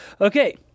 Okay